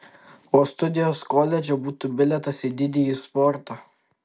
o studijos koledže būtų bilietas į didįjį sportą